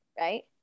Right